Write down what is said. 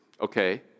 Okay